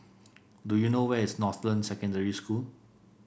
do you know where is Northland Secondary School